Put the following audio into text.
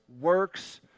works